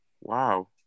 Wow